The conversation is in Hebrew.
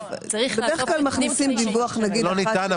בדרך כלל מכניסים דיווח נגיד אחת --- לא ניתן.